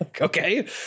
Okay